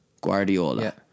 Guardiola